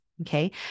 okay